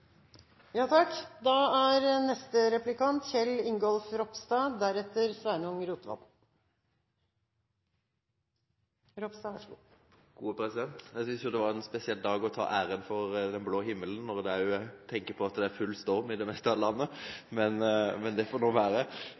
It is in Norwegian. Jeg synes det er en spesiell dag å ta æren for den blå himmelen – jeg tenker på at det er full storm i det meste av landet. Men det får nå være.